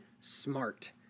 smart